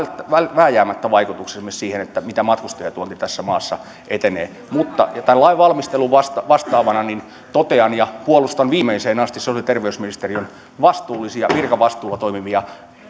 vääjäämättä vaikutuksensa esimerkiksi siihen miten matkustajatuonti tässä maassa etenee mutta tämän lain valmistelun vastaavana puolustan viimeiseen asti sosiaali ja terveysministeriön vastuullisia virkavastuulla toimivia